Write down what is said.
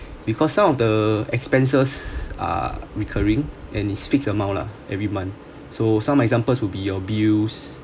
because some of the expenses are recurring and is fixed amount lah every month so some examples would be your bills